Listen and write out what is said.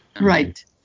right